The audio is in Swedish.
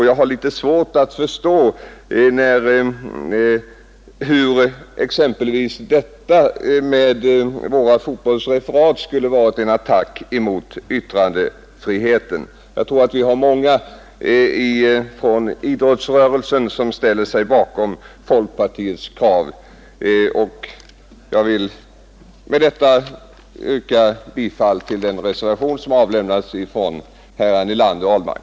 Jag har litet svårt att förstå på vilket sätt exempelvis våra fotbollsreferat skulle vara en attack mot yttrandefriheten. Jag tror många från idrottsrörelsen ställer sig bakom folkpartiets krav. Jag vill med detta yrka bifall till den reservation som avgivits av herrar Nelander och Ahlmark.